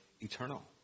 eternal